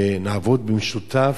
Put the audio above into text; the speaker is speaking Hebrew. ונעבוד במשותף,